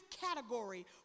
category